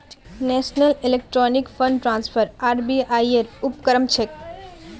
national electronic fund transfer RBI ऐर उपक्रम छेक